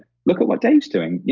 look at what dave's doing. yeah